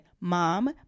mom